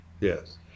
Yes